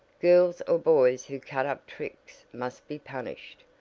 girls or boys who cut up tricks must be punished.